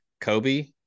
Kobe